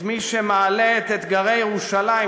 את מי שמעלה את אתגרי ירושלים,